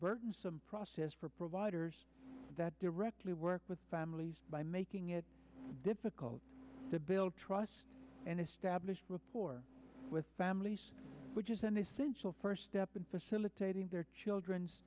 burdensome process for providers that directly work with families by making it difficult to build trust and establish a family which is an essential first step in facilitating their children's